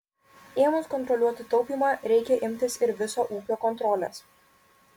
ėmus kontroliuoti taupymą reikia imtis ir viso ūkio kontrolės